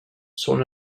són